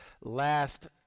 Last